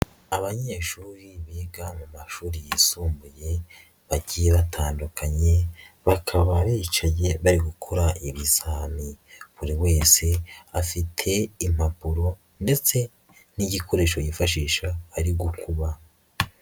Abanyeshuri biga mu mashuri yisumbuye bagiye batandukanye, bakaba bicaye bari gukora ibizami. Buri wese afite impapuro ndetse n'igikoresho yifashisha ari gukuba.